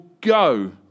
go